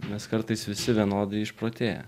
mes kartais visi vienodai išprotėję